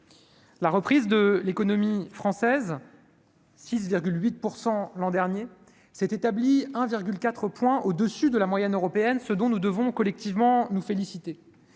la reprise de l'économie française 6 8 % l'an dernier s'est établi un virgule 4 points au dessus de la moyenne européenne, ce dont nous devons collectivement nous féliciter,